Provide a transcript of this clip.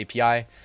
API